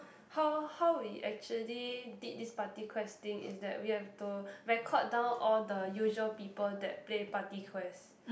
how how we actually did this party quest thing is that we have to record down all the usual people that play party quest